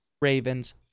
Ravens